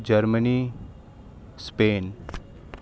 Germany Spain